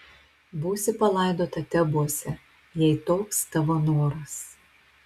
būsi palaidota tebuose jei toks tavo noras